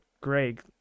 Greg